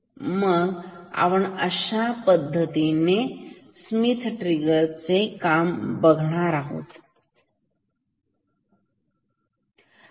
मग अशा पद्धतीने स्मिथ ट्रिगर काम करेल